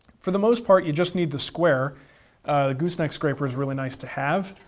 for the most part you just need the square. a gooseneck scraper is really nice to have,